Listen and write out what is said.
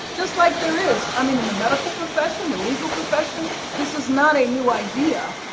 just like there is i mean, in the medical profession, the legal profession. this is not a new idea.